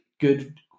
good